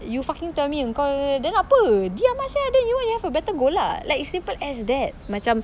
you fucking tell me engkau then apa diam ah [sial] then you want you have a better goal lah like it's simple as that macam